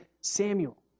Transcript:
Samuel